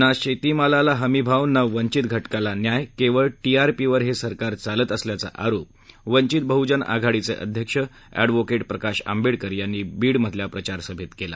ना शेती मालाला हमी भाव ना वंचित घटकाला न्याय केवळ टीआरपीवर हे सरकार चालत असल्याचा आरोप वंचित बह्जन आघाडीचे अध्यक्ष एडव्होकेट प्रकाश आंबेडकर यांनी बीडमधल्या प्रचारसभेत केला